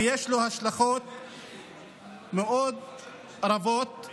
ויש לו השלכות רבות מאוד,